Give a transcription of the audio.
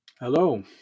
Hello